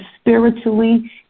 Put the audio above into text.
spiritually